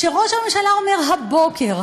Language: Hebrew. כשראש הממשלה אומר הבוקר,